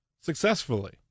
successfully